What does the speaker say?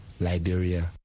Liberia